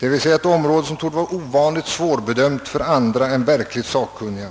d. v. s. ett område som torde vara ovanligt svårbedömt för andra än verkligt sakkunniga.